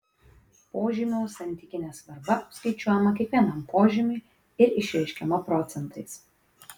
požymio santykinė svarba apskaičiuojama kiekvienam požymiui ir išreiškiama procentais